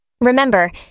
Remember